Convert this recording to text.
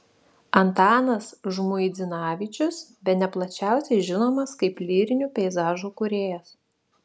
antanas žmuidzinavičius bene plačiausiai žinomas kaip lyrinių peizažų kūrėjas